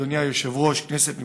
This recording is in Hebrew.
אדוני היושב-ראש, כנסת נכבדה,